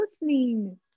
listening